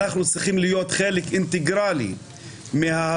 אנחנו צריכים להיות חלק אינטגרלי מההפגנות.